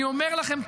אני אומר לכם,